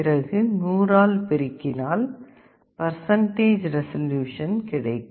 பிறகு 100 ஆல் பெருக்கினால் பர்சன்டேஜ் ரெசல்யூசன் கிடைக்கும்